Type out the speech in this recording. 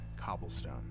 cobblestone